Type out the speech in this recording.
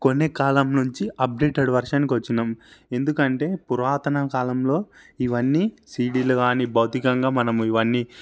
కొనే కాలం నుంచి అప్డేటెడ్ వెర్షన్కి వచ్చినాం ఎందుకంటే పూరతన కాలంలో ఇవన్నీ సీడీలు కానీ భౌతికంగా మనము ఇవన్నీ